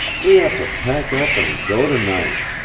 we ought to pack up and go tonight.